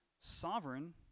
sovereign